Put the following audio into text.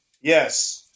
Yes